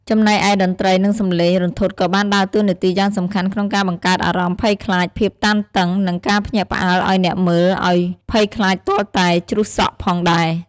ចំណែកឯតន្ត្រី និងសំឡេងរន្ធត់ក៏បានដើរតួនាទីយ៉ាងសំខាន់ក្នុងការបង្កើតអារម្មណ៍ភ័យខ្លាច ភាពតានតឹង និងការភ្ញាក់ផ្អើលអោយអ្នកមើលអោយភ័យខ្លាចទាល់តែជ្រុះសក់ផងដែរ ។